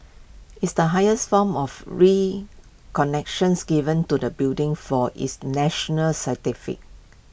it's the highest form of connections given to the building for its national